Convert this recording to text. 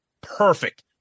perfect